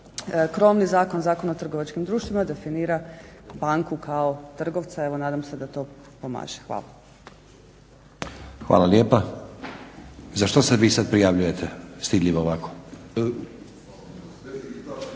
krovni zakon, Zakon o trgovačkim društvima definira banku kao trgovca. Evo nadam se da to pomaže. Hvala. **Stazić, Nenad (SDP)** Hvala lijepa. Za što se vi sad prijavljujete stidljivo ovako?